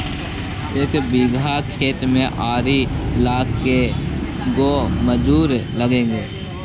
एक बिघा खेत में आरि ल के गो मजुर लगतै?